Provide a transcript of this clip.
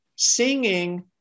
Singing